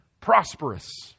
prosperous